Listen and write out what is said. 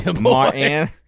Martin